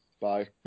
Bye